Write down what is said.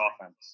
offense